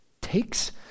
takes